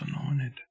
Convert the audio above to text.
anointed